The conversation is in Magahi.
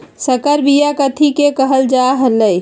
संकर बिया कथि के कहल जा लई?